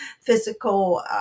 physical